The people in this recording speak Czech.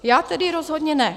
Já tedy rozhodně ne.